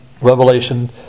Revelation